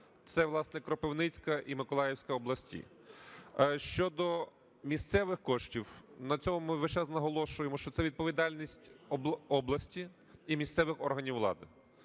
Це, власне, Кропивницька і Миколаївська області. Щодо місцевих коштів. На цьому ми весь час наголошуємо, що це відповідальність області і місцевих органів влади.